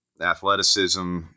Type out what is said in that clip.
athleticism